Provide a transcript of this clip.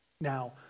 Now